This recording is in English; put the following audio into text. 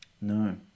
No